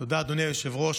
תודה, אדוני היושב-ראש.